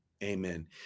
Amen